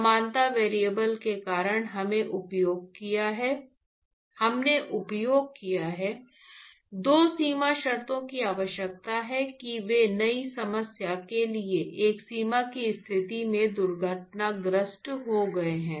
समानता वेरिएबल के कारण हमने उपयोग किया है 2 सीमा शर्तों की आवश्यकता है कि वे नई समस्या के लिए एक सीमा की स्थिति में दुर्घटनाग्रस्त हो गए हैं